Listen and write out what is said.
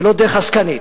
ולא דרך עסקנית,